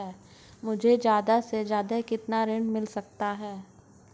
मुझे ज्यादा से ज्यादा कितना ऋण मिल सकता है?